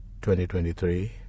2023